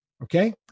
okay